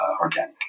organic